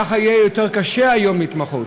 כך יהיה קשה יותר היום בהתמחות.